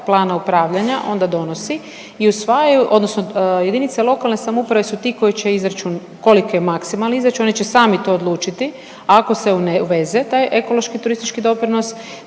plana upravljanja onda donosi i usvajaju, odnosno jedinice lokalne samouprave su ti koji će izračun koliki je maksimalni izračun. Oni će sami to odlučiti ako se uveze taj ekološki turistički doprinos.